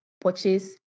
purchase